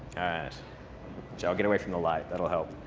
so yeah i'll get away from the light. that'll help.